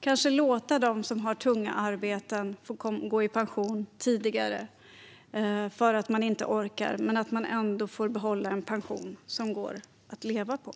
kanske ska låta dem som har tunga arbeten få gå i pension tidigare för att de inte orkar men ändå låta dem få behålla en pension som går att leva på.